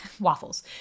waffles